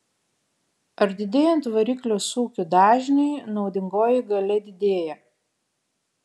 ar didėjant variklio sūkių dažniui naudingoji galia didėja